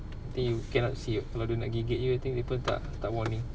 then you cannot see [what] kalau dia nak gigit you dia pun tak tak warning